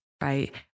right